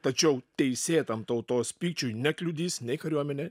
tačiau teisėtam tautos pykčiui nekliudys nei kariuomenė